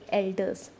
elders